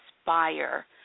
inspire